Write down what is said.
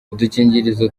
udukingirizo